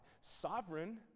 Sovereign